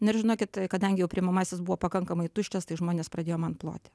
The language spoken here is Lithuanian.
na ir žinokit kadangi jau priimamasis buvo pakankamai tuščias tai žmonės pradėjo man ploti